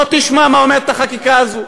בוא תשמע מה אומרת החקיקה הזאת.